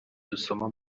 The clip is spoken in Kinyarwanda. dusoma